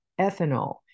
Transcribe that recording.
ethanol